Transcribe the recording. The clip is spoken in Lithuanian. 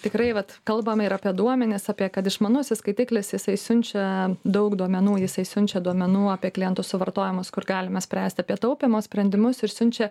tikrai vat kalbame ir apie duomenis apie kad išmanusis skaitiklis jisai siunčia daug duomenų jisai siunčia duomenų apie klientų suvartojimus kur galima spręsti apie taupymo sprendimus ir siunčia